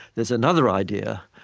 there's another idea,